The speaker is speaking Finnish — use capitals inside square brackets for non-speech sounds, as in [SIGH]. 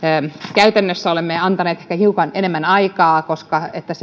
käytännössä olemme antaneet ehkä hiukan enemmän aikaa että [UNINTELLIGIBLE]